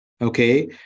okay